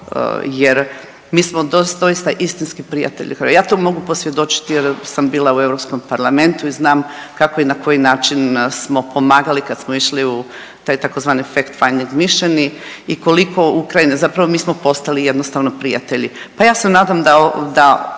jer mi smo doista istinski prijatelji. Ja to mogu posvjedočiti jer sam bila u Europskom parlamentu i znam kako i na koji način smo pomagali kad smo išli u taj tzv. fact-finding mission i koliko Ukrajina, zapravo mi smo postali jednostavno prijatelji, pa ja se nadam da